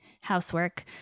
housework